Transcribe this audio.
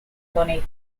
bonnie